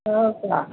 हो का